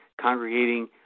congregating